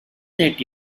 that